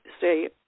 say